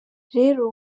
rero